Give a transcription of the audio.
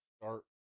start